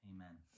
Amen